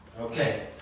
Okay